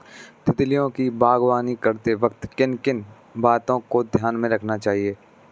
तितलियों की बागवानी करते वक्त किन किन बातों को ध्यान में रखना चाहिए?